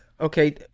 okay